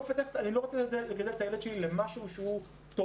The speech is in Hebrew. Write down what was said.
אני לא רוצה לגדל את הילד שלי למשהו שהוא תואם